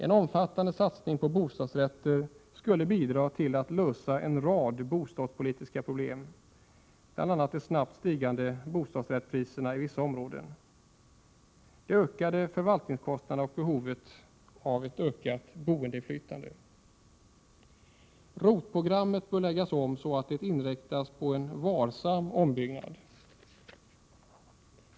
En omfattande satsning på bostadsrätter skulle bidra till att lösa en rad bostadspolitiska problem, bl.a. de snabbt stigande bostadsrättspriserna i vissa områden, de ökande förvaltningskostnaderna och behovet av ett ökat boendeinflytande. ROT-programmet bör läggas om så att det inriktas på en varsam ombyggnad.